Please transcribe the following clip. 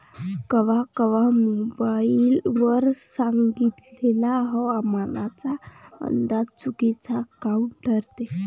कवा कवा मोबाईल वर सांगितलेला हवामानाचा अंदाज चुकीचा काऊन ठरते?